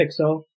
Pixel